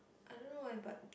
I don't know eh but